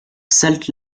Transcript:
salt